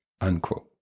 unquote